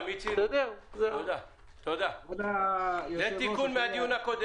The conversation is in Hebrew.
לזפת יש כמה צוותים.